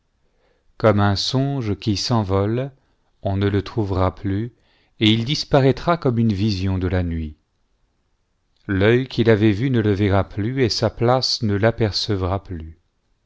comme un songe qui s'envole on ne le trouvera plus et il disparaîtra comme une vision de la nuit l'oeil qu'il avait vu ne le verra plus et sa place ne l'apercevra plus